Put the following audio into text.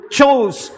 chose